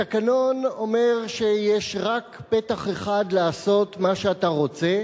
התקנון אומר שיש רק פתח אחד לעשות מה שאתה רוצה,